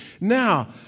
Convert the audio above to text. Now